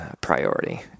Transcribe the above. priority